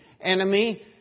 enemy